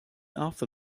after